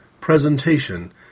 presentation